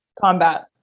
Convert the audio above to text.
Combat